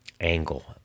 angle